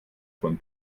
von